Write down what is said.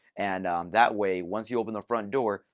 and that way, once you open the front door,